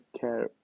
care